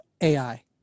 AI